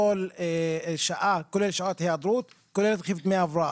"מחושב לפי שכר יסוד במכפלת ימי חופשה